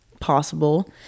possible